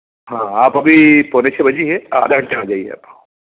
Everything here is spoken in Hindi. हाँ आप अभी पौने छः बजे हैं आधा घंटे आ जाइए आप